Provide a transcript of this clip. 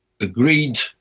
agreed